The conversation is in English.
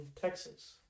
Texas